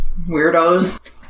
Weirdos